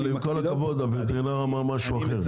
עם כל הכבוד הווטרינר אמר משהו אחר,